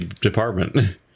department